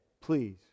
please